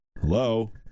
Hello